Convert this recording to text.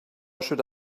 should